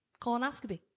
colonoscopy